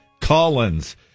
collins